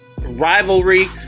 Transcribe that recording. rivalry